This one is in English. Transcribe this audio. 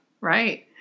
right